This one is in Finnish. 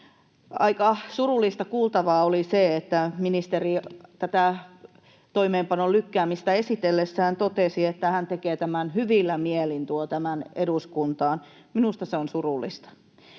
Aika surullista kuultavaa oli se, että ministeri tätä toimeenpanon lykkäämistä esitellessään totesi, että hän tekee tämän, eli tuo tämän eduskuntaan, hyvillä mielin. Minusta se on surullista.